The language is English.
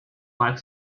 like